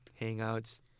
hangouts